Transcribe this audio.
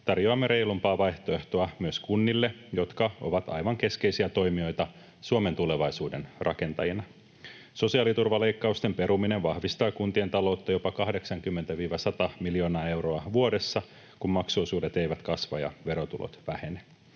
tarjoamme reilumpaa vaihtoehtoa myös kunnille, jotka ovat aivan keskeisiä toimijoita Suomen tulevaisuuden rakentajina. Sosiaaliturvaleikkausten peruminen vahvistaa kuntien taloutta jopa 80—100 miljoonaa euroa vuodessa, kun maksuosuudet eivät kasva ja verotulot vähene.